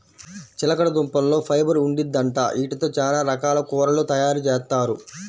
చిలకడదుంపల్లో ఫైబర్ ఉండిద్దంట, యీటితో చానా రకాల కూరలు తయారుజేత్తారు